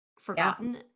forgotten